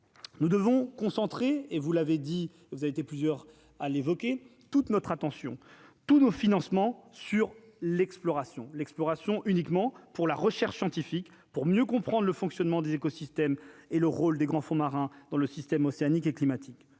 nous devons concentrer et vous l'avez dit, vous avez été plusieurs à l'évoquer toute notre attention, tous nos financements sur l'exploration, l'exploration uniquement pour la recherche scientifique pour mieux comprendre le fonctionnement des écosystèmes et le rôle des grands fonds marins dans le système océanique et climatique,